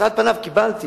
אז על פניו קיבלתי,